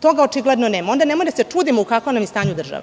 Toga očigledno nema. Onda nemojmo da se čudimo u kakvoj nam je stanju država.